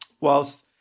whilst